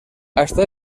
hasta